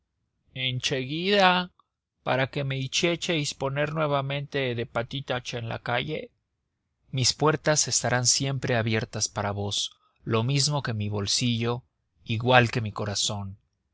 seguida para que me hicieseis poner nuevamente de patitas en la calle mis puertas estarán siempre abiertas para vos lo mismo que mi bolsillo igual que mi corazón